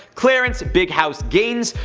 clarance big house gaines,